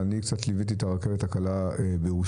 אבל קצת ליוויתי את הרכבת הקלה בירושלים.